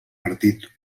partit